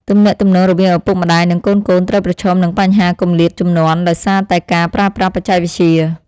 ទំនាក់ទំនងរវាងឪពុកម្ដាយ និងកូនៗត្រូវប្រឈមនឹងបញ្ហាគម្លាតជំនាន់ដោយសារតែការប្រើប្រាស់បច្ចេកវិទ្យា។